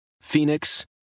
Phoenix